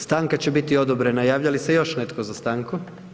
Stanka će biti odobrena, javlja li se još netko za stanku?